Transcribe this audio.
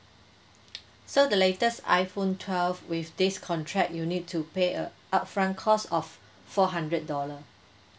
so the latest iphone twelve with this contract you need to pay a upfront cost of four hundred dollar